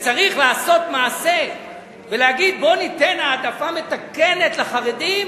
כשצריך לעשות מעשה ולהגיד: בואו ניתן העדפה מתקנת לחרדים,